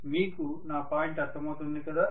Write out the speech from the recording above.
మీకు నా పాయింట్ అర్థమవుతుంది కదా